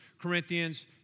Corinthians